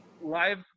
live